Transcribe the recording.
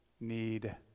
need